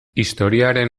historiaren